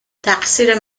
تقصیر